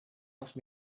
asked